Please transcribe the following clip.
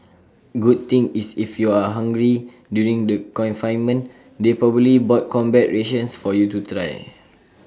good thing is if you are hungry during the confinement they probably bought combat rations for you to try